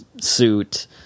suit